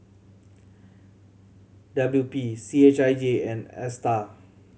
W P C H I J and Astar